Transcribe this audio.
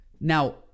Now